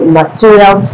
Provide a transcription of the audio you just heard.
material